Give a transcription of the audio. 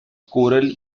choral